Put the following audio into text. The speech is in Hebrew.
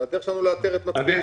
זו הדרך שלנו לאתר את מצבי ה- --.